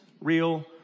real